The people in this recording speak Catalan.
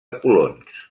colons